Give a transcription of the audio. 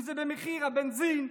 אם זה במחיר הבנזין,